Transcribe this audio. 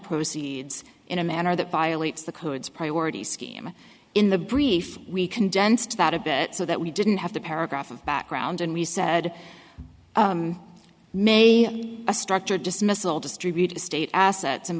proceeds in a manner that violates the codes priority scheme in the brief we condensed that a bit so that we didn't have the paragraph of background and we said may a structured dismissal distribute the state assets in